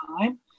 time